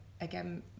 Again